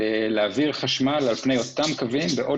להעביר חשמל על פני אותם קווים בעוד